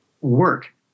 work